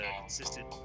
consistent